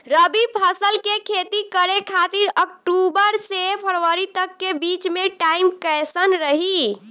रबी फसल के खेती करे खातिर अक्तूबर से फरवरी तक के बीच मे टाइम कैसन रही?